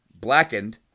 Blackened